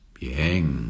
Bien